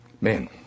Man